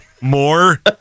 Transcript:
more